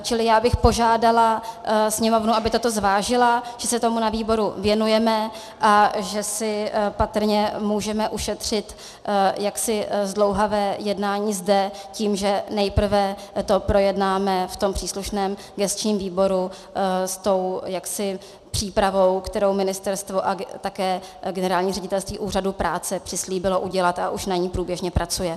Čili já bych požádala Sněmovnu, aby toto zvážila, že se tomu na výboru věnujeme a že si patrně můžeme ušetřit zdlouhavé jednání zde tím, že nejprve to projednáme v příslušném gesčním výboru s přípravou, kterou ministerstvo a také Generální ředitelství Úřadu práce přislíbilo udělat, a už na ní průběžně pracuje.